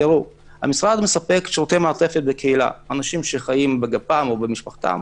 המשרד מספק שירותי מעטפת בקהילה אנשים שחיים בגפם או במשפחתם,